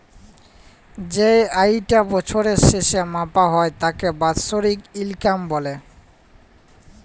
যেই আয়িটা বছরের শেসে মাপা হ্যয় তাকে বাৎসরিক ইলকাম ব্যলে